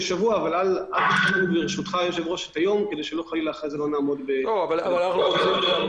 כאשר אנחנו מגלים דברים כאלו אז אנחנו משתדלים